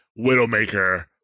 Widowmaker